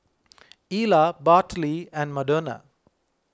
Ila Bartley and Madonna